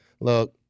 Look